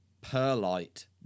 perlite